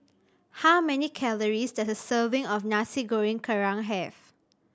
how many calories does a serving of Nasi Goreng Kerang have